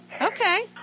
Okay